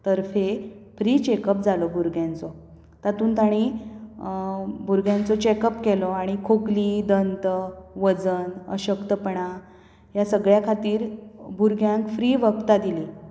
तर्फे free checkup जालो भुरग्यांचो तातूंत ताणी भुरग्यांचो चॅकअप केलो आनी खोंकली दंत वजन अशक्तपणां ह्या सगळ्या खातीर भुरग्यांक फ्री वखदां दिलीं